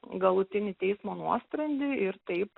galutinį teismo nuosprendį ir taip